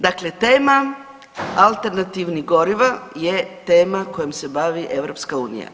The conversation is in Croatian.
Dakle, tema alternativnih goriva je tema kojom se bavi EU.